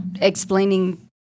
explaining